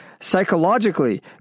psychologically